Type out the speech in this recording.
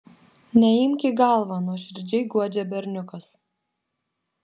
neimk į galvą nuoširdžiai guodžia berniukas